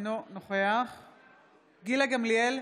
אינו נוכח גילה גמליאל,